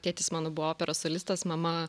tėtis mano buvo operos solistas mama